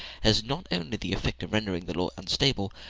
has not only the effect of rendering the law unstable,